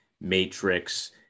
Matrix